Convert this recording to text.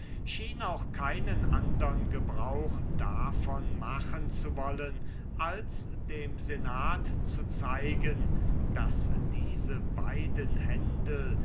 schien auch keinen andern gebrauch davon machen zu wollen als dem senat zu zeigen daß diese beiden händel